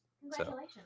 Congratulations